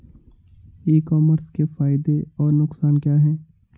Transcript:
ई commerce के फायदे और नुकसान क्या हैं?